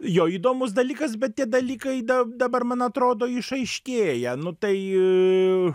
jo įdomus dalykas bet tie dalykai da dabar man atrodo išaiškėja nu tai